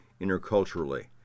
interculturally